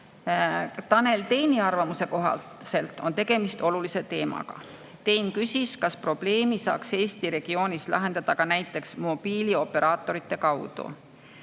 Tanel Teini arvamuse kohaselt on tegemist olulise teemaga. Tein küsis, kas probleemi saaks Eesti regioonis lahendada näiteks mobiilioperaatorite kaudu.